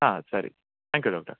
ಹಾಂ ಸರಿ thank you doctor